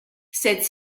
cette